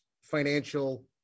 Financial